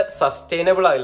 sustainable